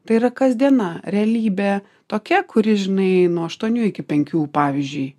tai yra kasdiena realybė tokia kuri žinai nuo aštuonių iki penkių pavyzdžiui